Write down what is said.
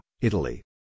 Italy